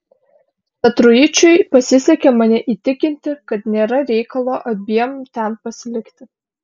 petruičiui pasisekė mane įtikinti kad nėra reikalo abiem ten pasilikti